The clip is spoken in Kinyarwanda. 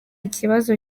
ikibazo